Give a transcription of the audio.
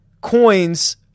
coins